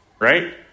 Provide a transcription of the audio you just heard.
Right